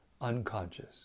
unconscious